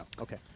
Okay